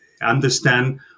understand